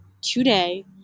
today